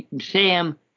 Sam